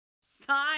Sign